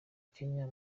kenya